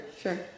sure